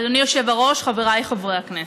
אדוני היושב-ראש, חבריי חברי הכנסת,